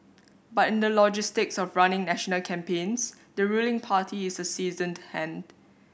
but in the logistics of running national campaigns the ruling party is a seasoned hand